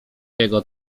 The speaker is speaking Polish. jego